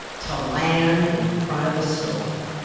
to land in front of the stove,